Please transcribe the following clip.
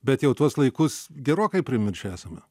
bet jau tuos laikus gerokai primiršę esame